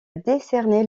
décerné